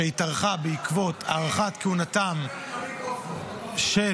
שהתארכה בעקבות הארכת כהונתם- - אלעזר